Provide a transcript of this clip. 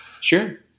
Sure